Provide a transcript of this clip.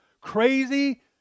crazy